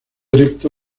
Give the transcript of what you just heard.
erecto